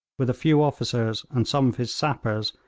with a few officers and some of his sappers,